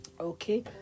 Okay